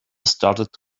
started